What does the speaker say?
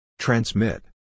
Transmit